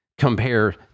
compare